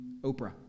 Oprah